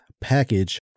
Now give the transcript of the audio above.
package